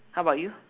how about you